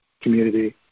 community